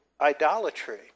idolatry